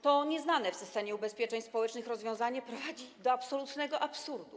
To nieznane w systemie ubezpieczeń społecznych rozwiązanie prowadzi do absolutnego absurdu.